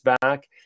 back